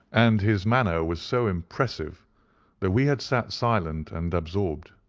and his manner was so impressive that we had sat silent and absorbed.